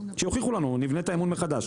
שיוכיחו לנו נבנה את האמון מחדש,